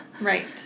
right